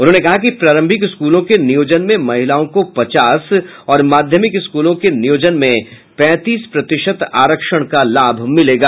उन्होंने कहा कि प्रारंभिक स्कूलों के नियोजन में महिलाओं को पचास और माध्यमिक स्कूलों के नियोजन में पैंतीस प्रतिशत आरक्षण का लाभ मिलेगा